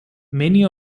many